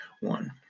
one